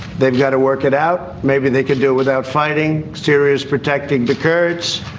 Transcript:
they've got to work it out. maybe they can do it without fighting serious protecting the kurds.